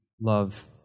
love